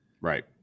Right